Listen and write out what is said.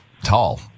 tall